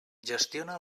gestiona